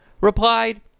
replied